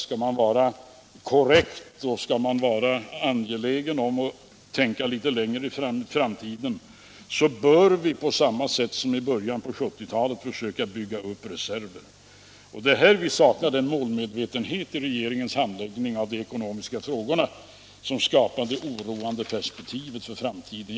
Skall man vara korrekt och skall man vara angelägen om att tänka litet längre in i framtiden, bör man på samma sätt som i början av 1970-talet försöka bygga upp reserver. Här saknas målmedvetenhet i regeringens handläggning av de ekonomiska frågorna, och detta skapar det oroande perspektivet för framtiden.